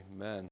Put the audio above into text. amen